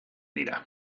dira